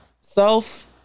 self